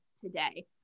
today